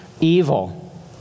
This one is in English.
evil